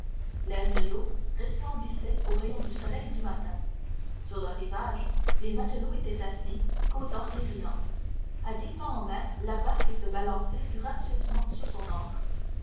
l'air et l'eau resplendissaient aux rayons du soleil du matin sur le rivage les matelots étaient assis causant et riant à dix pas en mer la barque se balançait gracieusement sur son ancre